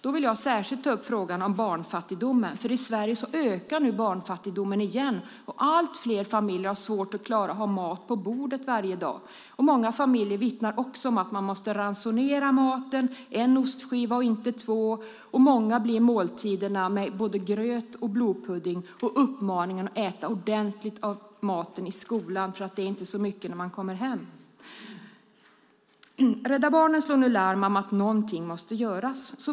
Då vill jag särskilt ta upp frågan om barnfattigdomen. I Sverige ökar barnfattigdomen igen, och allt fler familjer har svårt att klara att ha mat på bordet varje dag. Många familjer vittnar också om att de måste ransonera maten: en ostskiva, inte två. För många blir det måltider med gröt och blodpudding och uppmaningen att äta ordentligt av maten i skolan, eftersom det inte är så mycket när man kommer helt enkelt. Rädda Barnen slår nu larm om att något måste göras.